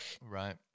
Right